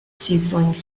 sizzling